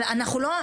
אבל אנחנו לא,